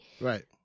right